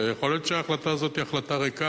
יכול להיות שההחלטה הזאת היא החלטה ריקה.